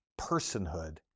personhood